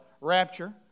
rapture